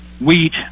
wheat